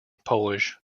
polish